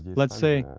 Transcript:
let's say,